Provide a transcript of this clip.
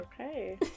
Okay